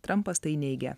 trampas tai neigia